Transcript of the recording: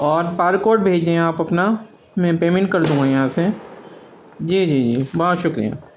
اور bar code بھیج دیں آپ اپنا میں پیمنٹ کر دوں گا یہاں سے جی جی جی بہت شکریہ